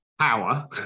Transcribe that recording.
power